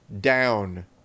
down